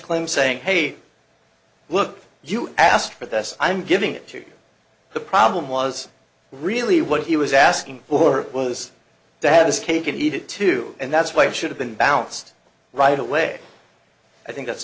claim saying hey look you asked for this i'm giving it to the problem was really what he was asking poor louis to have his cake and eat it too and that's why it should have been balanced right away i think that's